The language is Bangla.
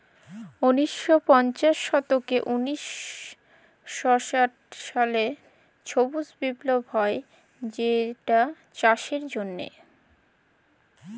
উনিশ শ পঞ্চাশ থ্যাইকে উনিশ শ ষাট সালে সবুজ বিপ্লব হ্যয় যেটচাষের জ্যনহে